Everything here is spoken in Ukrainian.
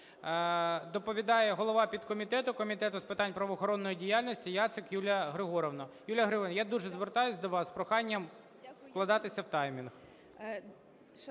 Доповідає голова підкомітету Комітету з питань правоохоронної діяльності Яцик Юлія Григорівна. Юлія Григорівна, я дуже звертаюся до вас з проханням вкладатися в таймінг.